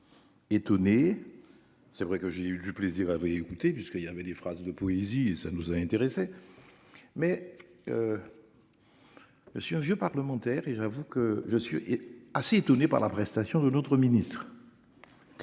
C'est vrai que j'ai eu du plaisir à réécouter puisqu'il avait des phrases de poésie et ça nous intéressait. Mais. Je suis un vieux parlementaire et j'avoue que je suis assez étonné par la prestation de notre ministre.